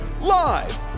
live